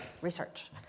research